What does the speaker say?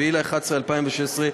7 בנובמבר 2016,